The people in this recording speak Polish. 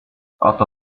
oto